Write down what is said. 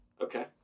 Okay